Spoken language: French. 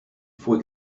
faut